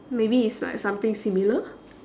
maybe it's like something similar